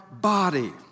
body